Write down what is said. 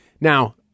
Now